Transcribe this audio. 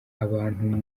abantu